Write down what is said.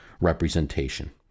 representation